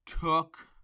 took